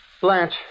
Blanche